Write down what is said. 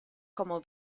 como